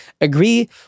agree